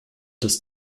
des